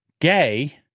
gay